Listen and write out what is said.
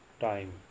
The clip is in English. time